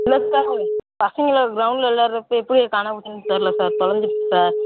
இல்லை சார் பசங்களோடு கிரௌண்ட்டில் விளையாடுறப்ப எப்படி அது காணப்போச்சுனு தெரியல சார் தொலைஞ்சிடுச்சி சார்